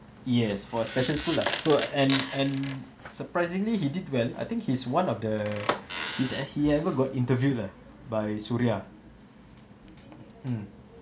yes for a special school lah so and and surprisingly he did well I think he's one of the he's he ever got interview lah by suria mm